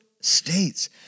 states